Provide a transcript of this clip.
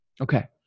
Okay